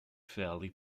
fairly